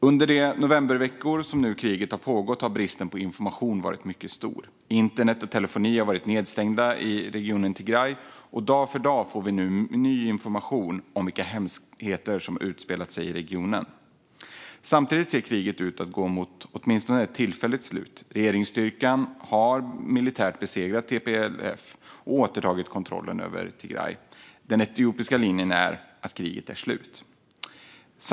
Under de novemberveckor som kriget har pågått har bristen på information varit mycket stor. Internet och telefoni har varit nedstängda i regionen Tigray, och dag för dag får vi ny information om hemskheter som har utspelat sig i regionen. Samtidigt ser kriget ut att gå mot ett åtminstone tillfälligt slut. Regeringsstyrkan har militärt besegrat TPLF och återtagit kontrollen över Tigray. Den etiopiska regeringens linje är att kriget är slut.